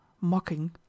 mocking